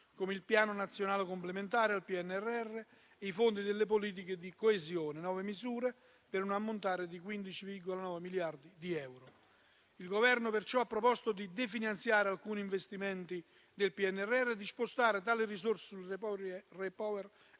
come il Piano nazionale complementare al PNRR e i fondi delle politiche di coesione (nuove misure per un ammontare di 15,9 miliardi di euro). Il Governo perciò ha proposto di definanziare alcuni investimenti del PNRR e di spostare tali risorse sul REPower